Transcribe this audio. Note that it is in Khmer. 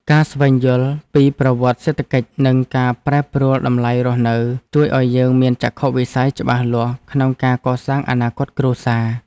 ការស្វែងយល់ពីប្រវត្តិសេដ្ឋកិច្ចនិងការប្រែប្រួលតម្លៃរស់នៅ ជួយឱ្យយើងមានចក្ខុវិស័យច្បាស់លាស់ក្នុងការកសាងអនាគតគ្រួសារ។